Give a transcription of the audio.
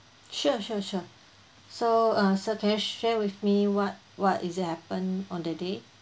sure sure sure so uh sir can you share with me what what is it happened on the day